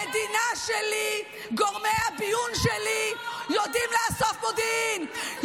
במדינה שלי גורמי הביון שלי יודעים לאסוף מודיעין,